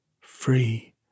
free